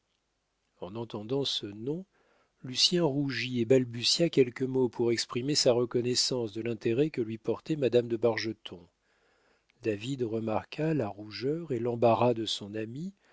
en entendant ce nom lucien rougit et balbutia quelques mots pour exprimer sa reconnaissance de l'intérêt que lui portait madame de bargeton david remarqua la rougeur et l'embarras de son ami